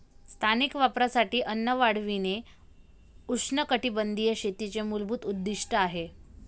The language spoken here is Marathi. स्थानिक वापरासाठी अन्न वाढविणे उष्णकटिबंधीय शेतीचे मूलभूत उद्दीष्ट आहे